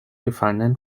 gefallenen